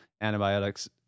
antibiotics